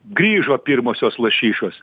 grįžo pirmosios lašišos